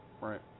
Right